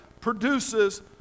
produces